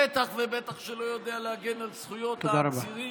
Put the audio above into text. בטח ובטח שלא יודע להגן על זכויות העצירים,